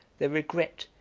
their regret,